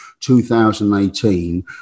2018